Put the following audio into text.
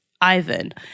Ivan